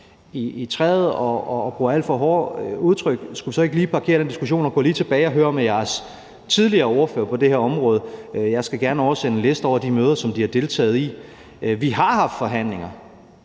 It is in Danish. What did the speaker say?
der er ordførere, der er blevet skiftet ud osv., lige parkere den diskussion, så I lige kan gå tilbage og høre med jeres tidligere ordførere på det her område? Jeg skal gerne oversende en liste over de møder, som de har deltaget i. Vi har haft forhandlinger,